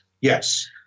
Yes